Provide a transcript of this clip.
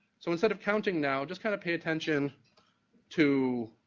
so instead of counting now, just kind of pay attention to